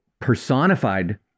personified